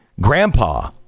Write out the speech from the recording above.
grandpa